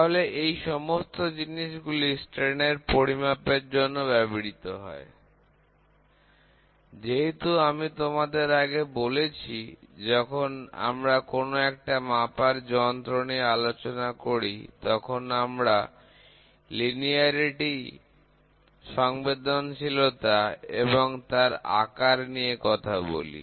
তাহলে এই সমস্ত জিনিস গুলি বিকৃতি পরিমাপের জন্য ব্যবহৃত হয় যেমন আমি তোমাদের আগে বলেছি যখন আমরা কোনো একটা মাপার যন্ত্র নিয়ে আলোচনা করি তখন আমরা রৈখিকতা সংবেদনশীলতা এবং তার আকার নিয়ে কথা বলি